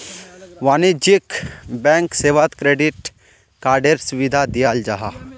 वाणिज्यिक बैंक सेवात क्रेडिट कार्डएर सुविधा दियाल जाहा